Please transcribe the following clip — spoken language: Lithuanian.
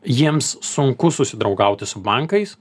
jiems sunku susidraugauti su bankais